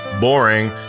Boring